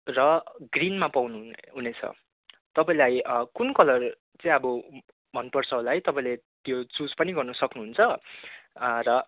र ग्रिनमा पाउनु हुनेछ तपाईँलाई कुन कलर चाहिँ अब मन पर्छ होला है तपाईँले त्यो चुज पनि गर्नु सक्नु हुन्छ र